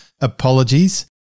apologies